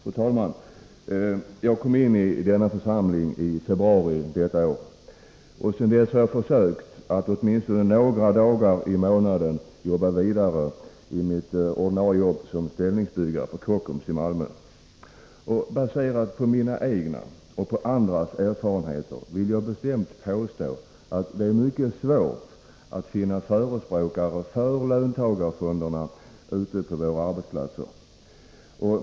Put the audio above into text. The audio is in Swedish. Fru talman! Jag kom in i denna församling i februari detta år. Sedan dess har jag försökt att åtminstone några dagar i månaden jobba vidare i mitt ordinarie arbete som ställningsbyggare hos Kockums i Malmö. Baserat på egna och andras erfarenheter vill jag bestämt påstå att det är mycket svårt att finna förespråkare för löntagarfonder ute på landets arbetsplatser.